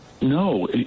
No